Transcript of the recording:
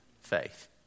faith